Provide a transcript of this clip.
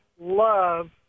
love